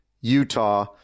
Utah